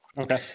Okay